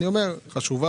היה צריך